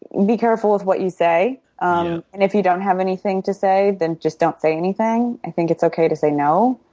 be careful with what you say. yeah. um and if you don't have anything to say then just don't say anything. i think it's okay to say, no.